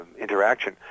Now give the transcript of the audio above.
interaction